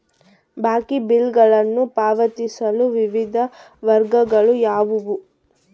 ಬಾಕಿ ಬಿಲ್ಗಳನ್ನು ಪಾವತಿಸಲು ವಿವಿಧ ಮಾರ್ಗಗಳು ಯಾವುವು?